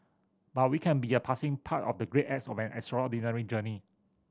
but we can be a passing part of the great acts of an extraordinary journey